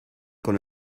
con